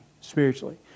spiritually